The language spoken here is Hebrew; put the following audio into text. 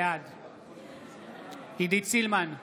בעד עידית סילמן,